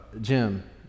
Jim